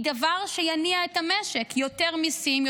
היא דבר שיניע את המשק: יותר מיסים,